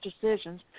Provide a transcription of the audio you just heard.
decisions